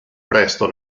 presto